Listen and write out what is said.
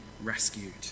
rescued